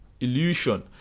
illusion